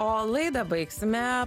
o laidą baigsime